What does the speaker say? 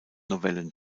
novellen